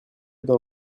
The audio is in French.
dans